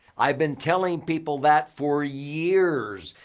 i've been telling people that for years.